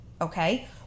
okay